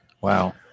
wow